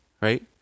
right